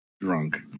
drunk